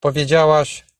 powiedziałaś